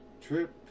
trip